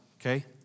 okay